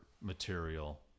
material